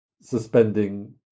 suspending